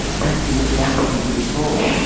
kathy was going through withdrawal.